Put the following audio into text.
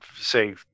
say